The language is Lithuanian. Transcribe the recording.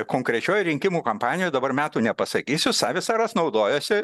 konkrečioj rinkimų kampanijoj dabar metų nepasakysiu savisaras naudojosi